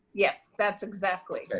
yes, that's exactly. okay,